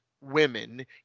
women